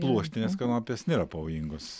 pluoštinės kanapės nėra pavojingos